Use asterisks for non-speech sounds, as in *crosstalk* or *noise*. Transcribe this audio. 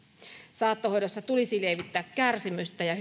saattohoidossa tulisi lievittää kärsimystä ja *unintelligible*